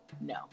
no